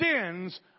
sins